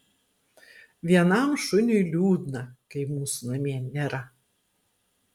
vienam šuniui liūdna kai mūsų namie nėra